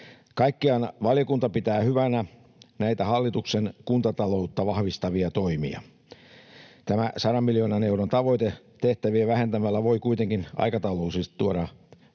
Kaikkiaan valiokunta pitää hyvänä näitä hallituksen kuntataloutta vahvistavia toimia. Tämä 100 miljoonan euron tavoite tehtäviä vähentämällä voi kuitenkin aikataulullisesti tuoda tiettyjä